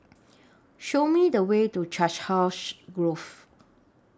Show Me The Way to Chiselhurst Grove